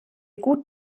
gut